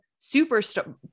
superstar